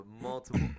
multiple